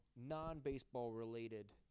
non-baseball-related